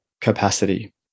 capacity